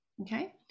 Okay